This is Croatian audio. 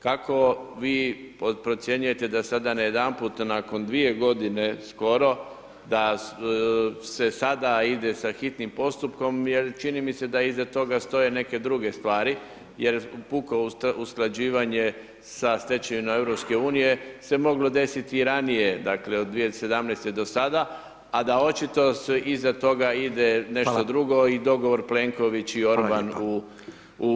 Kako vi procjenjujete da sada najedanput nakon 2 godine skoro da se sada ide sa hitnim postupkom jer čini mi se da iza toga stoje neke druge stvari jer puko usklađivanje sa stečevinom EU se moglo desiti i ranije dakle od 2017. do sada a da očito se iza toga ide nešto drugo i dogovor Plenković i Orban u Mađarskoj.